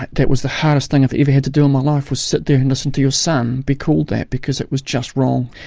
that was the hardest thing i've ever had to do in my life, was sit there and listen to your son be called that, because it was just wrong.